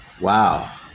wow